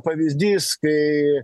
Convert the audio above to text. pavyzdys kai